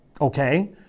Okay